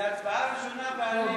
זו הצבעה ראשונה, ואני,